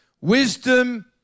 Wisdom